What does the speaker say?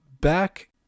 back